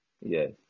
Yes